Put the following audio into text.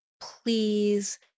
Please